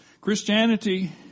Christianity